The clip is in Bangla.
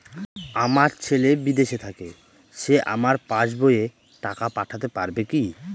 আমার ছেলে বিদেশে থাকে সে আমার পাসবই এ টাকা পাঠাতে পারবে কি?